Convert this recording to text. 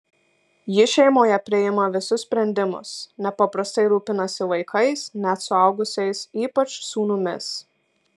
ji šeimoje priima visus sprendimus nepaprastai rūpinasi vaikais net suaugusiais ypač sūnumis